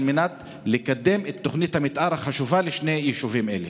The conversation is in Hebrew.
מנת לקדם את תוכנית המתאר החשובה לשני יישובים אלה.